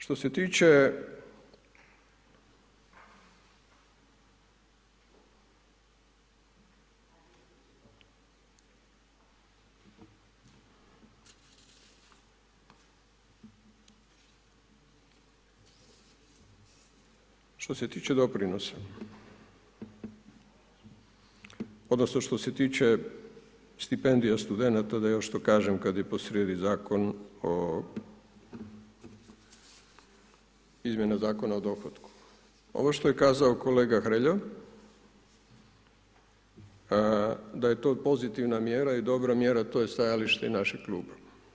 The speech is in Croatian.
Što se tiče doprinosa, odnosno što se tiče stipendija studenata da još to kažem kad je posrijedi Zakon o izmjenama Zakona o dohotku, ovo što je kazao kolega Hrelja da je to pozitivna mjera i dobra mjera, to je stajalište i našeg kluba.